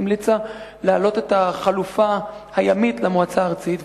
המליצה להעלות את החלופה הימית למועצה הארצית,